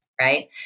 Right